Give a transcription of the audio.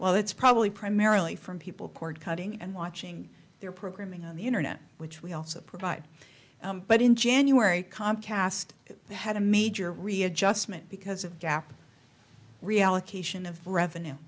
well that's probably primarily from people cord cutting and watching their programming on the internet which we also provide but in january comcast had a major readjustment because of gap reallocation of revenue